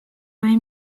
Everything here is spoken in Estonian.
või